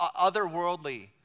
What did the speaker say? otherworldly